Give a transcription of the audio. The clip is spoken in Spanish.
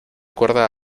cuerda